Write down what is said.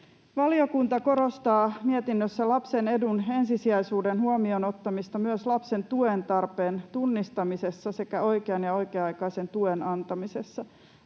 Valiokunta korostaa mietinnössä lapsen edun ensisijaisuuden huomioon ottamista myös lapsen tuentarpeen tunnistamisessa sekä oikean ja oikea-aikaisen tuen antamisessa.